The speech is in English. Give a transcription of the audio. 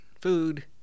food